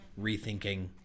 rethinking